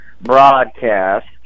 broadcast